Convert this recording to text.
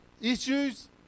issues